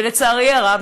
ולצערי הרב,